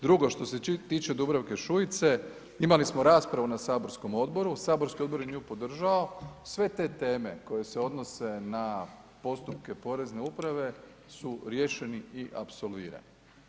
Drugo, što se tiče Dubravke Šuice Imali smo raspravu na saborskom odboru, saborski odbor je nju podržao, sve te teme koje se odnose na postupke porezne uprave su riješeni i apsolvirani.